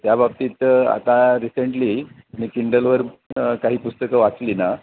त्या बाबतीत आता रिसेंटली मी किंडलवर काही पुस्तकं वाचली ना